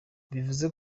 bivuze